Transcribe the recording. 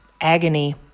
agony